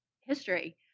history